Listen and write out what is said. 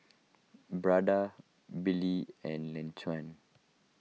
Billy and Laquan